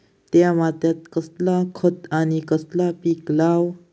त्या मात्येत कसला खत आणि कसला पीक लाव?